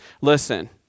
listen